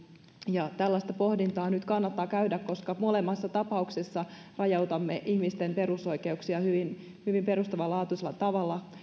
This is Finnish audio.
ja tällaista pohdintaa nyt kannattaa käydä koska molemmissa tapauksissa rajoitamme ihmisten perusoikeuksia hyvin perustavanlaatuisella tavalla